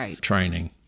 training